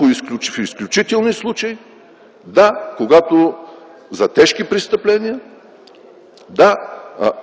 в изключителни случаи, да, за тежки престъпления, да,